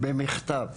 במכתב